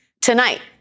Tonight